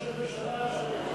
ראש הממשלה לא מגיב.